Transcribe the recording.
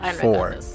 Four